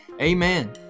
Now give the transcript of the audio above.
amen